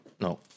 no